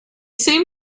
seem